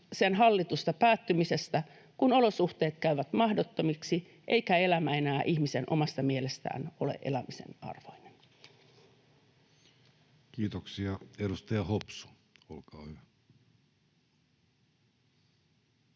sen hallitusta päättymisestä, kun olosuhteet käyvät mahdottomiksi eikä elämä enää ihmisen omasta mielestä ole elämisen arvoinen. [Speech 150] Speaker: